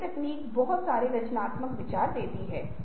नहीं आप इन चीजों के बारे में नहीं सोच रहे हैं